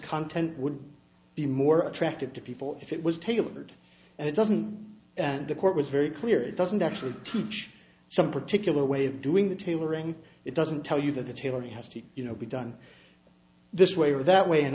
content would be more attractive to people if it was tailored and it doesn't and the court was very clear it doesn't actually teach some particular way of doing the tailoring it doesn't tell you that the tailoring has to you know be done this way or that way and